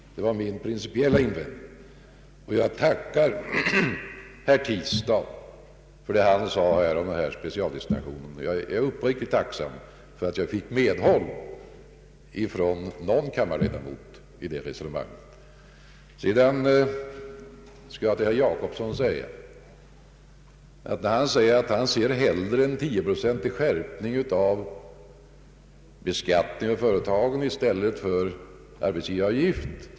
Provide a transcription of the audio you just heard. Det var min principiella invändning. Jag tackar herr Tistad för vad han sade om specialdestinationer. Jag är uppriktigt tacksam för att jag fick medhåll från åtminstone någon kammarledamot i mitt resonemang på den punkten. Herr Jacobsson säger att han hellre ser en 10-procentig skärpning av företagsbeskattningen än en arbetsgivaravgift.